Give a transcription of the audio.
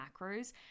macros